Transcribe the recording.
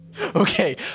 Okay